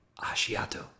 Ashiato